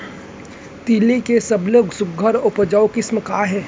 तिलि के सबले सुघ्घर अऊ उपजाऊ किसिम का हे?